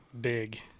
Big